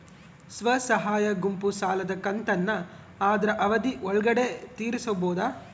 ಸ್ವಸಹಾಯ ಗುಂಪು ಸಾಲದ ಕಂತನ್ನ ಆದ್ರ ಅವಧಿ ಒಳ್ಗಡೆ ತೇರಿಸಬೋದ?